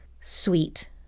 sweet